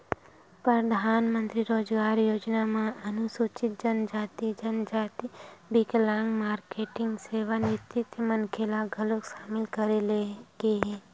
परधानमंतरी रोजगार योजना म अनुसूचित जनजाति, जनजाति, बिकलांग, मारकेटिंग, सेवानिवृत्त मनखे ल घलोक सामिल करे गे हे